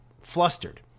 flustered